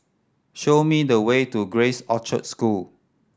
show me the way to Grace Orchard School